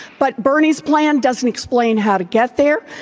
but bernie's plan doesn't explain how to get there,